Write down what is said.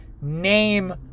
name